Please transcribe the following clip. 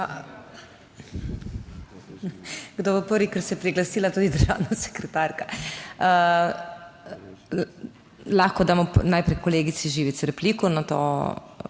Kdo bo prvi, ker se je priglasila tudi državna sekretarka? Lahko damo najprej kolegici Živic repliko, nato